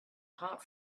hot